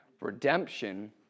Redemption